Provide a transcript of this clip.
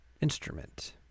Instrument